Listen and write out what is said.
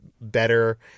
better